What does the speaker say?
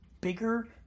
bigger